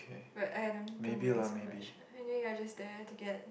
but !aiya! don't don't worry so much anyway you're just there to get